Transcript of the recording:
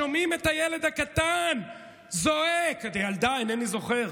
שומעים את הילד הקטן זועק, או ילדה, אינני זוכר.